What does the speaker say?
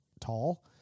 tall